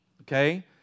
okay